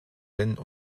wenn